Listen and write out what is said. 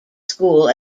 school